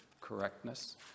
correctness